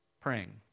praying